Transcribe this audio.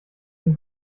den